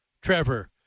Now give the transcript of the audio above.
Trevor